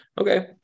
Okay